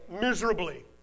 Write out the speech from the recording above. miserably